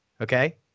Okay